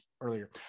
earlier